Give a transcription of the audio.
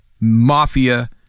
mafia